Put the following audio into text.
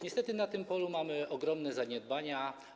Niestety na tym polu mamy ogromne zaniedbania.